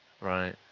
right